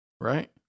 Right